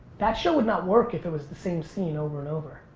that show would not work if it was the same scene over and over.